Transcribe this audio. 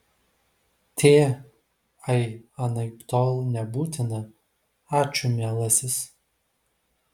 t ai anaiptol nebūtina ačiū mielasis